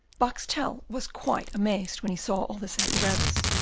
boxtel was quite amazed when he saw all this apparatus,